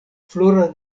floras